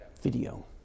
video